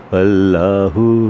allahu